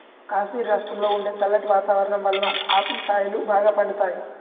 కాశ్మీరు రాష్ట్రంలో ఉండే చల్లటి వాతావరణం వలన ఆపిల్ కాయలు బాగా పండుతాయి